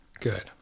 Good